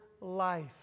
life